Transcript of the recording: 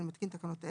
אני מתקין תקנות אלה: